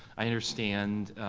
i understand,